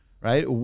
right